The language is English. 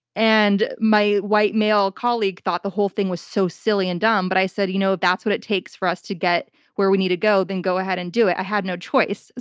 and my white male colleague thought the whole thing was so silly and dumb, but i said, if you know that's what it takes for us to get where we need to go, then go ahead and do it. i had no choice.